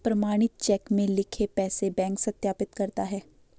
प्रमाणित चेक में लिखे पैसे बैंक सत्यापित करता है